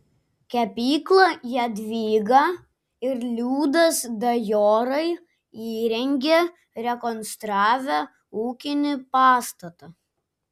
kepyklą jadvyga ir liudas dajorai įrengė rekonstravę ūkinį pastatą